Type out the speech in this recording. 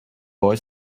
boy